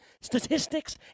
statistics